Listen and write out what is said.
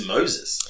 Moses